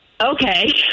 Okay